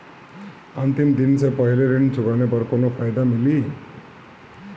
अंतिम दिन से पहले ऋण चुकाने पर कौनो फायदा मिली?